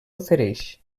oferix